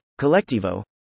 Collectivo